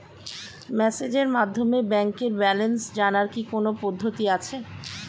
মেসেজের মাধ্যমে ব্যাংকের ব্যালেন্স জানার কি কোন পদ্ধতি আছে?